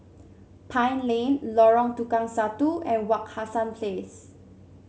Pine Lane Lorong Tukang Satu and Wak Hassan Place